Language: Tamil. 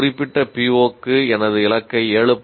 ஒரு குறிப்பிட்ட POக்கு எனது இலக்கை 7